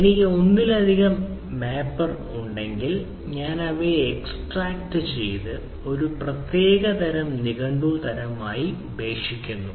എനിക്ക് ഒന്നിലധികം മാപ്പർ ഉണ്ടെങ്കിൽ ഞാൻ അവ എക്സ്ട്രാക്റ്റുചെയ്ത് ഒരു പ്രത്യേക രണ്ട് തരം നിഘണ്ടു തരമായി ഉപേക്ഷിക്കുന്നു